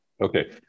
Okay